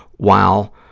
while